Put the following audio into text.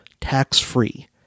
tax-free